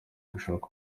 gushaka